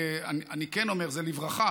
ואני כן אומר: זה לברכה,